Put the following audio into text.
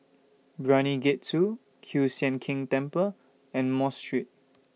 Brani Gate two Kiew Sian King Temple and Mos Street